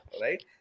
right